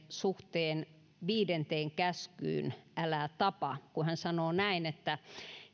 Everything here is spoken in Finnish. suhteen viidenteen käskyyn älä tapa kun hän sanoo näin